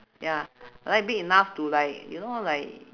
ya I like big enough to like you know like